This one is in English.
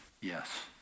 Yes